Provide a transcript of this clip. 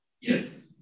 Yes